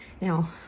Now